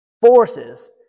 forces